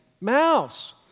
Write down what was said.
mouse